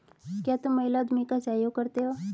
क्या तुम महिला उद्यमी का सहयोग करते हो?